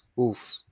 oof